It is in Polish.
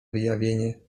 wyjawienie